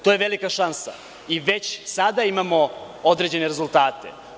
To je velika šansa i već sada imamo određene rezultate.